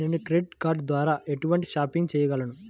నేను credit card ద్వార ఎటువంటి షాపింగ్ చెయ్యగలను?